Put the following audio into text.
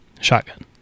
shotgun